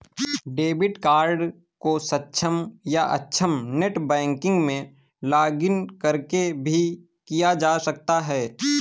debit card को सक्षम या अक्षम नेट बैंकिंग में लॉगिंन करके भी किया जा सकता है